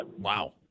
Wow